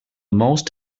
most